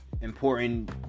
important